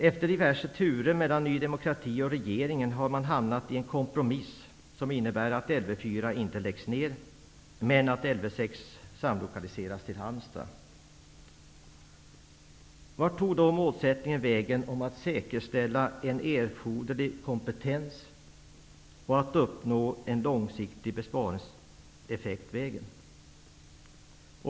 Efter diverse turer mellan Ny demokrati och regeringen har det blivit en kompromiss som innebär att Lv 4 inte läggs ner men att Lv 6 Vart tog då målsättningen vägen om att säkerställa en erforderlig kompetens och att uppnå en långsiktig besparingseffekt?